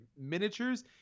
miniatures